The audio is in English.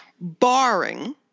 barring